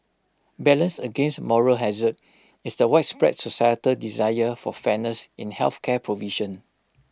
balanced against moral hazard is the widespread societal desire for fairness in health care provision